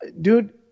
dude